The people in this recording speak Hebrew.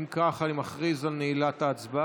אם כך אני מכריז על נעילת ההצבעה.